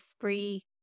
free